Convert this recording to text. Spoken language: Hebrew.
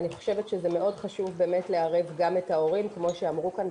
אני חושבת שזה מאוד חשוב באמת לערב גם את ההורים כמו שאמרו כאן,